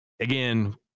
Again